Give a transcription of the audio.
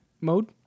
mode